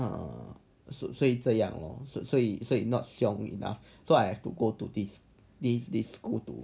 err so 所以这样咯所以所以所以 not xiong enough so I have to go to this this this school to